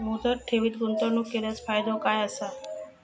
मुदत ठेवीत गुंतवणूक केल्यास फायदो काय आसा?